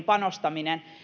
panostaminen